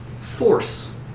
Force